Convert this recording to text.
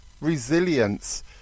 resilience